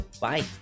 Bye